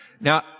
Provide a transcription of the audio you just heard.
Now